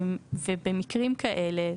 ובמקרים כאלה,